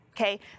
Okay